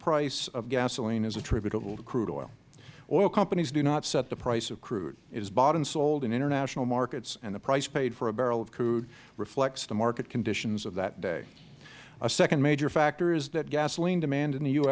price of gasoline is attributable to crude oil oil companies do not set the price of crude it is bought and sold in international markets and the price paid for a barrel of crude reflects the market conditions of that day a second major factor is that gasoline demand in the u